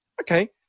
Okay